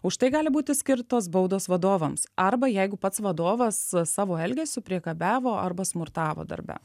už tai gali būti skirtos baudos vadovams arba jeigu pats vadovas savo elgesiu priekabiavo arba smurtavo darbe